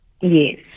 Yes